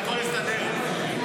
הכול הסתדר.